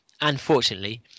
unfortunately